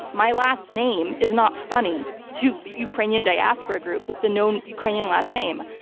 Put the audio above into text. my last name is not funny to ukrainian diaspora groups. it's a known ukrainian last name.